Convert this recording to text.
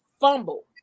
fumble